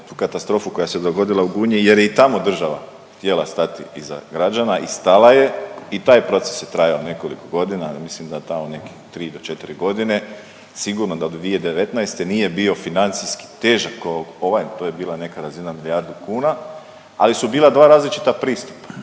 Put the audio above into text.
taj, katastrofu koja se dogodila u Gunji jer je i tamo država htjela stati iza građana i stala je i taj proces je trajao nekoliko godina, mislim da tamo nekih 3 do 4 godine, sigurno do 2019. nije bio financijski težak, ovog, ovaj, to je bila neka razina od milijardu kuna, ali su bila dva različita pristupa